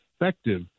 effective